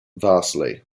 vastly